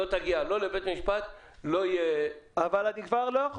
לא תגיע לבית משפט --- אבל אני כבר לא יכול